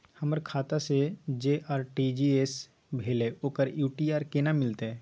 हमर खाता से जे आर.टी.जी एस भेलै ओकर यू.टी.आर केना मिलतै?